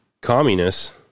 communists